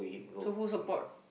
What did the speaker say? so who support